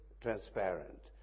transparent